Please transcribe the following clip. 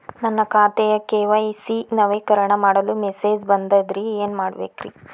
ನನ್ನ ಖಾತೆಯ ಕೆ.ವೈ.ಸಿ ನವೇಕರಣ ಮಾಡಲು ಮೆಸೇಜ್ ಬಂದದ್ರಿ ಏನ್ ಮಾಡ್ಬೇಕ್ರಿ?